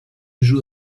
joues